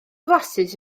flasus